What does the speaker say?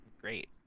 Great